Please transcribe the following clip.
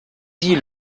die